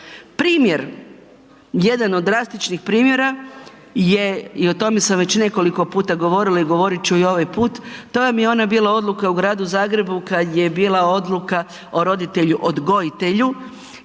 Primjer, jedan od drastičnih primjera je, i o tome sam već nekoliko puta govorila i govorit ću i ovaj put, to vam je ona bila odluka u gradu Zagrebu kad je bila odluka o roditelju-odgojitelju